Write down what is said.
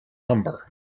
number